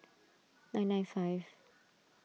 nine nine five